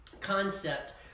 concept